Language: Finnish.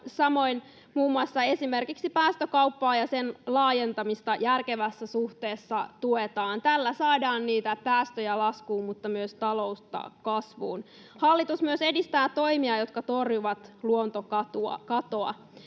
muassa esimerkiksi päästökauppaa ja sen laajentamista järkevässä suhteessa tuetaan. Tällä saadaan niitä päästöjä laskuun mutta myös taloutta kasvuun. Hallitus myös edistää toimia, jotka torjuvat luontokatoa,